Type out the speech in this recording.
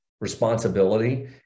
responsibility